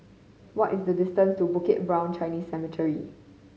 what is the distance to Bukit Brown Chinese Cemetery